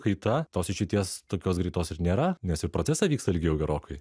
kaita tos išeities tokios greitos ir nėra nes ir procesai vyksta ilgiau gerokai